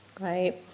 Right